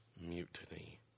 mutiny